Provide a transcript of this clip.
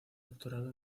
doctorado